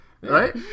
Right